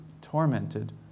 tormented